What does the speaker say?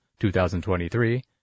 2023